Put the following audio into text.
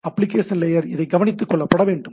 application layer இதை கவனித்துக்கொள்ள வேண்டும்